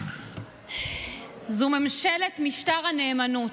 זו ממשלת משטר הנאמנות.